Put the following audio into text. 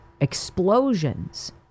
explosions